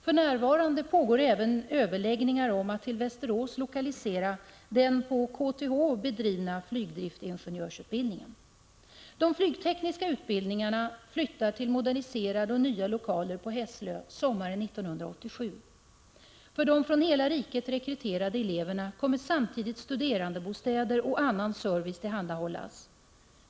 För närvarande pågår även överläggningar om att till Västerås lokalisera den på KTH bedrivna flygdriftingenjörsutbildningen. De flygtekniska utbildningarna flyttar till moderniserade och nya lokaler på Hässlö sommaren 1987. För de från hela riket rekryterade eleverna kommer samtidigt studerandebostäder och annan service att tillhandahållas.